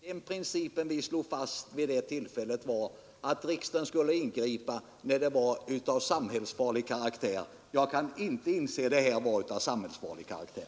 Herr talman! Den princip vi slog fast vid det tillfället var att riksdagen skulle ingripa när konflikten var av samhällsfarlig karaktär. Jag kan inte inse att vi här har att göra med något av samhällsfarlig karaktär.